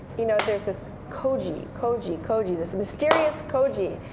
you know there's this koji, koji, koji. this mysterious koji.